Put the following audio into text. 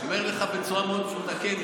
אני אומר לך בצורה מאוד פשוטה: כן,